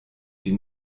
die